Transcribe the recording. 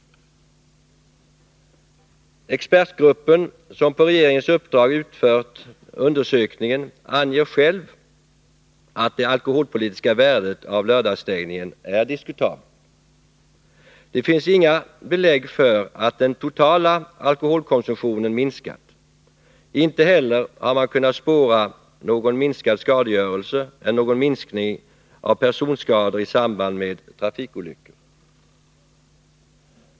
Den expertgrupp som på regeringens uppdrag har utfört undersökningen anger själv att det alkoholpolitiska värdet av lördagsstängningen är diskutabelt. Det finns inga belägg för att den totala alkoholkonsumtionen har minskat. Inte heller har man kunnat spåra någon minskad skadegörelse eller någon minskning av personskador i samband med trafikolyckor.